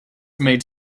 made